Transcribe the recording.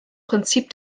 prinzip